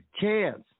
chance